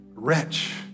Wretch